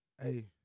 Hey